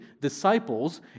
disciples